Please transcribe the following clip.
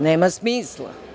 Nema smisla.